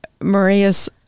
maria's